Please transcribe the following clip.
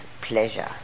pleasure